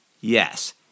Yes